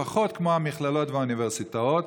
לפחות כמו המכללות והאוניברסיטאות,